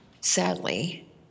sadly